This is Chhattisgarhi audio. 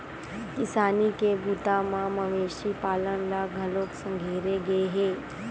किसानी के बूता म मवेशी पालन ल घलोक संघेरे गे हे